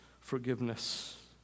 forgiveness